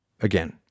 Again